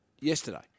yesterday